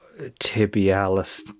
tibialis